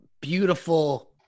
beautiful